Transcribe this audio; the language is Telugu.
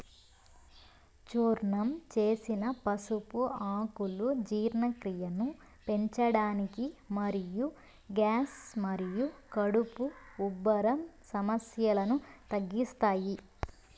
చూర్ణం చేసిన పసుపు ఆకులు జీర్ణక్రియను పెంచడానికి మరియు గ్యాస్ మరియు కడుపు ఉబ్బరం సమస్యలను తగ్గిస్తాయి